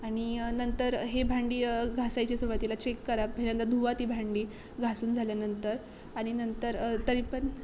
आणि नंतर हे भांडी घासायची सुरवातीला चेक करा पहिल्यांदा धुवा ती भांडी घासून झाल्यानंतर आणि नंतर तरी पण